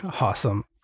Awesome